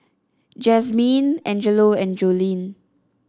Jazmyne Angelo and Joleen